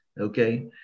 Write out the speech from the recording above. Okay